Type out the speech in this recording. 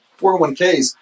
401ks